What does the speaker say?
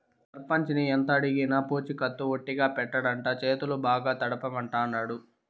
సర్పంచిని ఎంతడిగినా పూచికత్తు ఒట్టిగా పెట్టడంట, చేతులు బాగా తడపమంటాండాడు